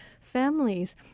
families